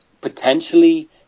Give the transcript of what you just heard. potentially